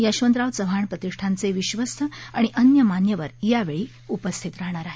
यशवंतराव चव्हाण प्रतिष्ठानचे विश्वस्त आणि अन्य मान्यवर यावेळी उपस्थित राहणार आहेत